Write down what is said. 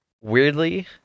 Weirdly